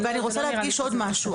אני רוצה להדגיש עוד משהו.